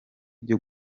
byo